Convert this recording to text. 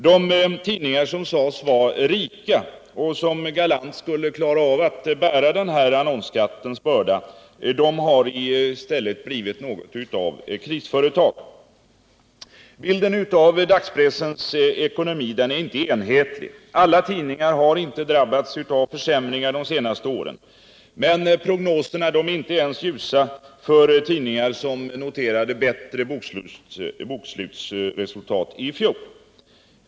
De tidningar som sades vara rika och som galant skulle klara av att bära den börda annonsskatten utgör har i stället blivit något av krisföretag. Bilden av dagspressens ekonomi är inte enhetlig. Alla tidningar har inte drabbats av försämringar under de senaste åren, men prognoserna är inte ens ljusa för tidningar som noterade bättre bokslutsresultat i fjol.